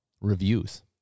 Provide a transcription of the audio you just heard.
reviews